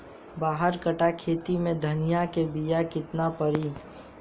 बारह कट्ठाखेत में धनिया के बीया केतना परी?